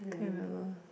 can't remember